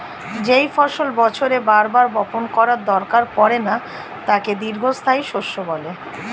যেই ফসল বছরে বার বার বপণ করার দরকার পড়ে না তাকে দীর্ঘস্থায়ী শস্য বলে